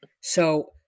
So-